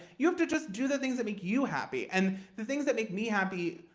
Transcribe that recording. you have to just do the things that make you happy. and the things that make me happy,